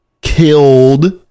killed